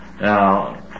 Now